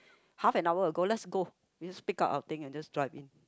half an hour ago let's go we just pick up our things and just drive in